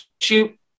shoot